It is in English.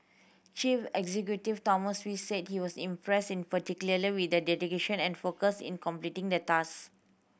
chief executive Thomas Wee said he was impressed in particular with their dedication and focus in completing the tasks